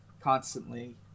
Constantly